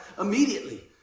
Immediately